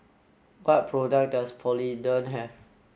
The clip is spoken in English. what products does Polident have